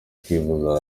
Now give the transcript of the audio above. kwivuza